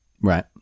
Right